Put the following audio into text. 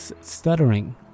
stuttering